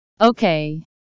Okay